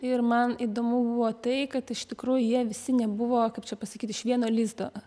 ir man įdomu buvo tai kad iš tikrųjų jie visi nebuvo kaip čia pasakyt iš vieno lizdo